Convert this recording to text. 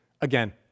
Again